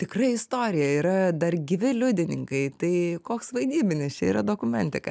tikra istorija yra dar gyvi liudininkai tai koks vaidybinis čia yra dokumentika